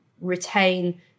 retain